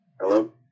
Hello